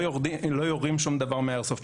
לא יורים שום דבר מהאיירסופט,